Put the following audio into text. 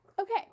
Okay